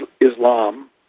Islam